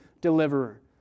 deliverer